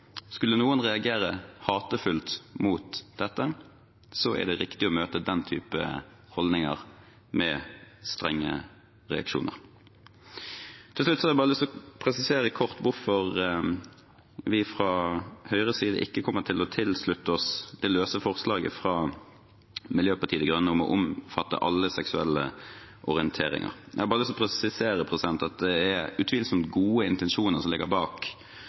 Skulle noen reagere hatefullt mot dette, er det riktig å møte den type holdninger med strenge reaksjoner. Til slutt har jeg bare lyst til å presisere kort hvorfor vi fra Høyres side ikke kommer til å slutte oss til det løse forslaget fra Miljøpartiet De Grønne om å omfatte alle seksuelle orienteringer. Jeg vil presisere at det utvilsomt er gode intensjoner som ligger bak